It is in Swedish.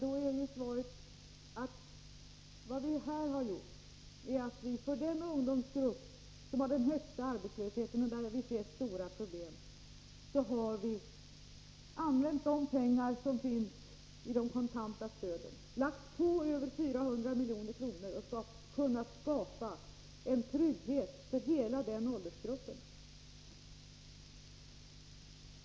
Svaret på den frågan är att vi, för den ungdomsgrupp som har den högsta arbetslösheten och där vi ser stora problem, har använt de pengar som finns i de kontanta stöden och lagt på över 400 milj.kr. På det sättet har vi kunnat skapa en trygghet för hela den åldersgruppen.